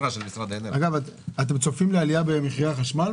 מה במשרדים אחרים במקרה של הנגשת